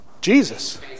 Jesus